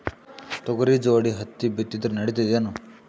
ತೊಗರಿ ಜೋಡಿ ಹತ್ತಿ ಬಿತ್ತಿದ್ರ ನಡಿತದೇನು?